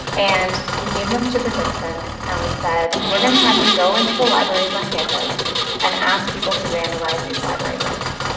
and we gave them to participants, and we said, we're going to have you go into the libraries on campus and ask people to vandalize these library books.